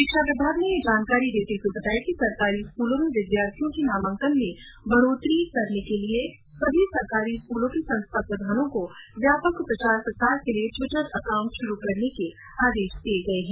शिक्षा विभाग ने यह जानकारी देते हुए बताया कि सरकारी स्कूलों में विद्यार्थियों के नामांकन में बढोतरी हो सके इसके लिए समी सरकारी स्कूलों के संस्था प्रधानों को व्यापक प्रचार प्रसार के लिए टिवटर एकाउंट शुरू करने के आदेश दिए गए हैं